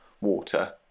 water